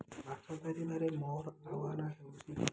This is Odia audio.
ମାଛ ଧରିବାରେ ମୋର ହେଉଛି